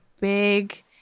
big